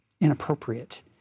inappropriate